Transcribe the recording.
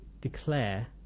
declare